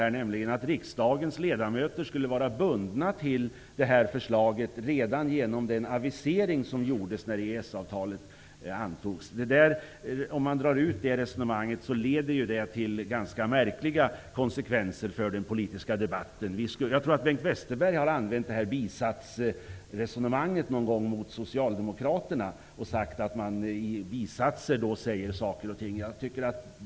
Han säger att riksdagens ledamöter skulle vara bundna till detta förslag redan genom den avisering som gjordes när EES-avtalet antogs. Om man drar ut det resonemanget leder det till ganska märkliga konsekvenser för den politiska debatten. Jag tror att Bengt Westerberg har sagt att Socialdemokraterna säger saker och ting i bisatser.